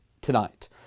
tonight